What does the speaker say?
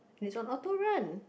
and it's on autorun